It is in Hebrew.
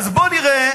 אז בוא נראה.